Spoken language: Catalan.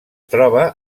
troba